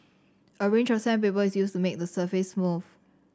a range of sandpaper is used to make the surface smooth